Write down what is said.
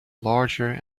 larger